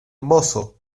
mozo